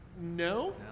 No